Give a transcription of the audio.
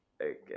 Okay